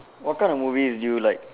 what kind of movies do you like